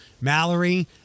Mallory